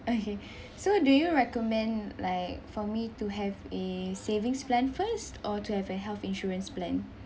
okay so do you recommend like for me to have a savings plan first or to have a health insurance plan